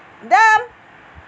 done